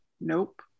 Nope